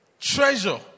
treasure